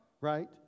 Right